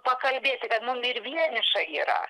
pakalbėti kad mum ir vieniša yra